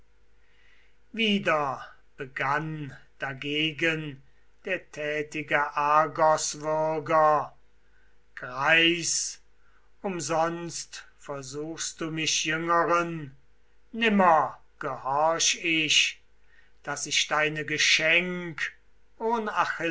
wieder begann dagegen der tätige argoswürger greis umsonst versuchst du mich jüngeren nimmer gehorch ich daß ich deine